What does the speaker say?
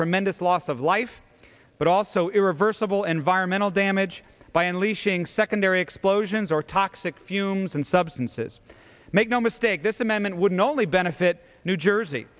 tremendous loss of life but also irreversible environmental damage by unleashing secondary explosions or toxic fumes and substances make no mistake this amendment would not only benefit new jersey